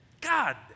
God